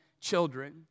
children